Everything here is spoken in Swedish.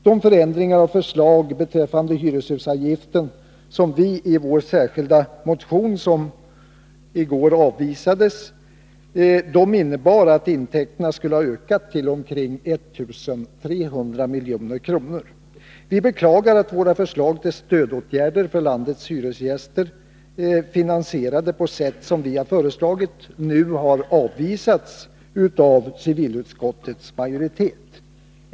De förändringar beträffande hyreshusavgiften som vi föreslog i vår särskilda motion, som i går avvisades, innebar att intäkterna skulle ha ökat till omkring 1 300 milj.kr. Vi beklagar att våra förslag till stödåtgärder för landets hyresgäster, finansierade på sätt som vi har föreslagit, nu har avvisats av civilutskottets majoritet.